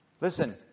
listen